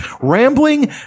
Rambling